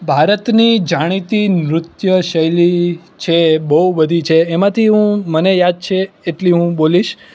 ભારતની જાણીતી નૃત્ય શૈલી છે બહુ બધી છે એમાંથી હું મને યાદ છે એટલી હું બોલીશ